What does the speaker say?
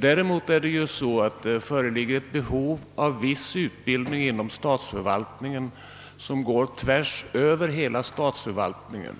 Däremot föreligger det ett behov av viss utbildning som så att säga går tvärsöver hela statsförvaltningen